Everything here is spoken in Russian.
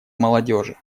молодежи